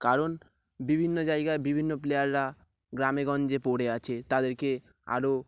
কারণ বিভিন্ন জায়গায় বিভিন্ন প্লেয়াররা গ্রামেগঞ্জে পড়ে আছে তাদেরকে আরও